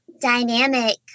dynamic